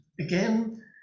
again